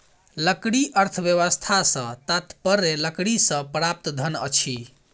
लकड़ी अर्थव्यवस्था सॅ तात्पर्य लकड़ीसँ प्राप्त धन अछि